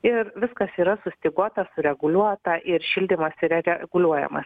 ir viskas yra sustyguota sureguliuota ir šildymas yra reguliuojamas